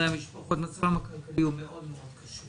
המשפחות יודע שמצבן הכלכלי קשה מאוד מאוד.